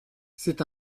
c’est